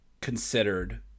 considered